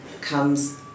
comes